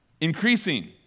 increasing